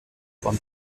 von